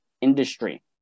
industry